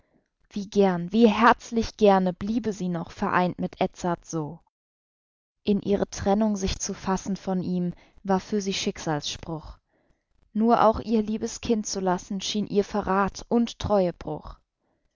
wie gern wie herzlich gerne bliebe sie noch vereint mit edzard so in ihre trennung sich zu fassen von ihm war für sie schicksalsspruch nur auch ihr liebes kind zu lassen schien ihr verrath und treuebruch